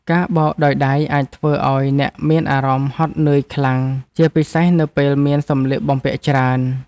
ការបោកដោយដៃអាចធ្វើឱ្យអ្នកមានអារម្មណ៍ហត់នឿយខ្លាំង ជាពិសេសនៅពេលមានសម្លៀកបំពាក់ច្រើន។